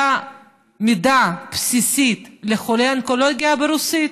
מידע בסיסי לחולי אונקולוגיה ברוסית,